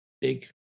big